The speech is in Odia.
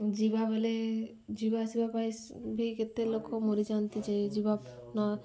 ଯିବା ବେଲେ ଯିବା ଆସିବା ପାଇଁ ବି କେତେ ଲୋକ ମରିଯାଆନ୍ତି ଯେ ଯିବା ନ